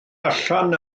allan